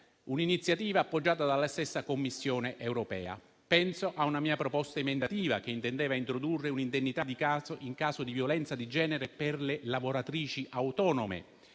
un'iniziativa appoggiata dalla stessa Commissione europea. Penso a una mia proposta emendativa che intendeva introdurre un'indennità in caso di violenza di genere per le lavoratrici autonome.